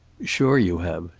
sure you have,